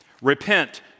Repent